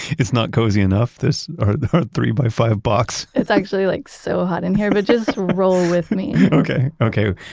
it's not cozy enough, this three-by-five box? it's actually like so hot in here, but just roll with me okay, okay,